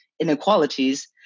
inequalities